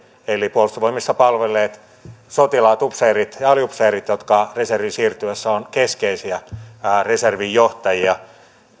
eli puolustusvoimissa palvelleet sotilaat upseerit ja aliupseerit jotka reserviin siirtyessään ovat keskeisiä reservin johtajia